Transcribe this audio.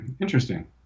Interesting